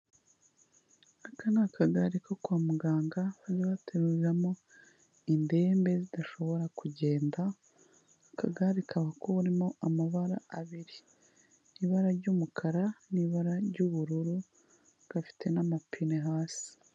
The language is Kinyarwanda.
Aka ni akagare ko kwa muganga bajya bateruramo indembe zidashobora kugenda. Akagare kakaba karimo amabara abiri, ibara ry'umukara n'ibara ry'ubururu, gafite n'amapine hasi.